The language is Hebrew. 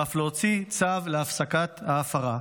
ואף להוציא צו להפסקת ההפרה.